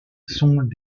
sont